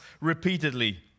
repeatedly